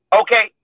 okay